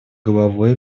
головой